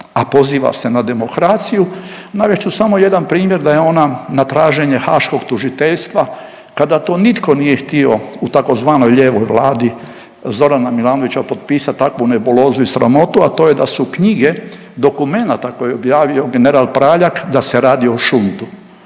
a poziva se na demokraciju. Navest ću samo jedan primjer da je ona na traženje Haškog tužiteljstva, kada to nitko nije htio u tzv. lijevoj Vladi Zorana Milanovića potpisat takvu nebulozu i sramotu, a to je da su knjige dokumenata koje je objavio general Praljak da se radi o šundu.